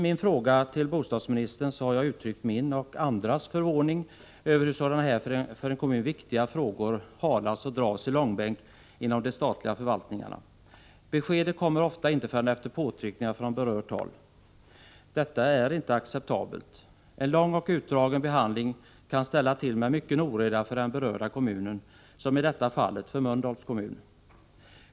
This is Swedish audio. I min fråga till bostadsministern har jag uttryckt min och andras förvåning över hur sådana här för en kommun viktiga frågor dras i långbänk inom de statliga förvaltningarna. Besked kommer ofta inte förrän efter påtryckning från berört håll. Detta är inte acceptabelt. En lång och utdragen behandling kan ställa till med mycken oreda för den berörda kommunen, i detta fall för Mölndals kommun.